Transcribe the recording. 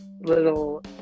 little